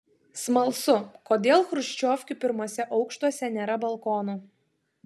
smalsu kodėl chruščiovkių pirmuose aukštuose nėra balkonų